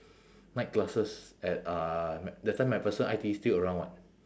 night classes at uh mac~ that time macpherson I_T_E still around [what]